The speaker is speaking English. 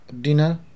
dinner